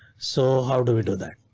so how do we do that?